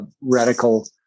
radical